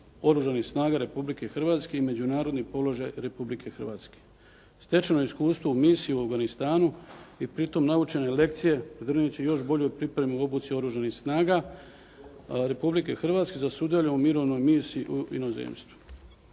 Oružanih snaga Republike Hrvatske i međunarodni položaj Republike Hrvatske. Stečeno iskustvo u misiji u Afganistanu i pritom naučene lekcije pridonijeti će još boljoj pripremi obuci Oružanih snaga Republike Hrvatske za sudjelovanje u mirovnoj misiji u inozemstvu.